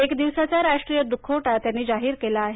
एक दिवसाचा राष्ट्रीय दुखवटा त्यांनी जाहीर केला आहे